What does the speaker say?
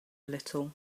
little